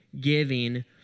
giving